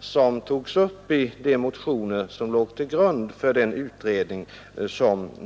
som togs upp i de motioner som låg till grund för utredningen.